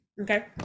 okay